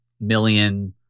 million